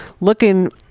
looking